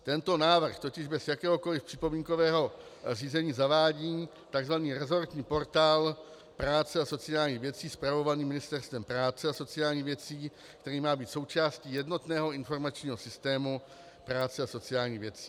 Tento návrh totiž bez jakéhokoliv připomínkového řízení zavádí takzvaný resortní portál práce a sociálních věcí spravovaný Ministerstvem práce a sociálních věcí, který má být součástí jednotného informačního systému práce a sociálních věcí.